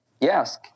yes